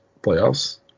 playoffs